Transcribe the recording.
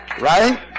Right